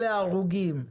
אלה ההרוגים,